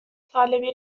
طالبی